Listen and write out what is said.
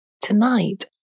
Tonight